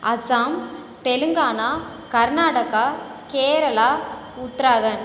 Assam Telangana Karnataka Kerala Uttarakhand